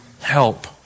help